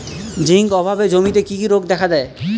Zinc অভাবে জমিতে কি কি রোগ দেখাদেয়?